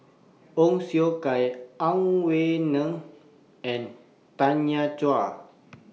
Ong Siong Kai Ang Wei Neng and Tanya Chua